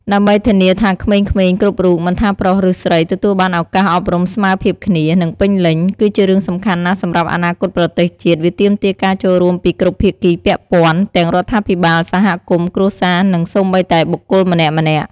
ដើម្បីធានាថាក្មេងៗគ្រប់រូប មិនថាប្រុសឬស្រី ទទួលបានឱកាសអប់រំស្មើភាពគ្នា និងពេញលេញ គឺជារឿងសំខាន់ណាស់សម្រាប់អនាគតប្រទេសជាតិ វាទាមទារការចូលរួមពីគ្រប់ភាគីពាក់ព័ន្ធ ទាំងរដ្ឋាភិបាល សហគមន៍ គ្រួសារ និងសូម្បីតែបុគ្គលម្នាក់ៗ។។